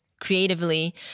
creatively